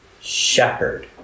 shepherd